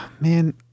Man